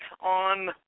on